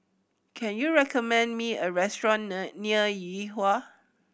can you recommend me a restaurant near Yuhua